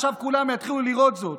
עכשיו כולם יתחילו לראות זאת.